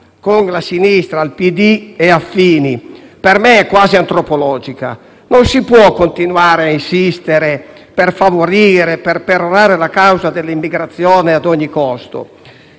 con la sinistra (PD e affini), per me quasi antropologica. Non si può continuare a insistere per favorire, per perorare la causa dell'immigrazione ad ogni costo.